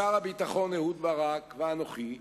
שר הביטחון אהוד ברק ואנוכי,